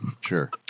Sure